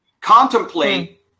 contemplate